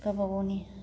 गावबा गावनि